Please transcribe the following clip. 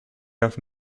have